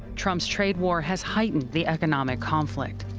trump's trade war has heightened the economic conflict.